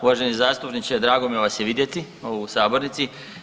Uvaženi zastupniče drago mi vas je vidjeti u sabornici.